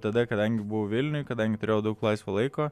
tada kadangi buvau vilniuj kadangi turėjau daug laisvo laiko